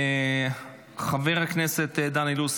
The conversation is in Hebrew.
חבר הכנסת דן אילוז,